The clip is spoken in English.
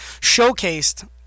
showcased